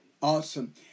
Awesome